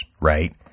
right